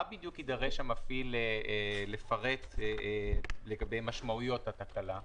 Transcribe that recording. מה בדיוק יידרש המפעיל לפרט לגבי משמעויות התקלה?